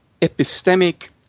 epistemic